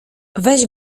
weź